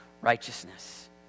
Righteousness